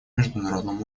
международном